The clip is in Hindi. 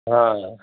हाँ